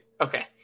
Okay